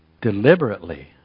Deliberately